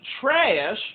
trash